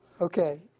Okay